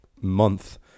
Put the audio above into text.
month